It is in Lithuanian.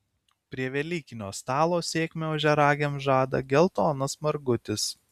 prie velykinio stalo sėkmę ožiaragiams žada geltonas margutis